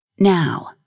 Now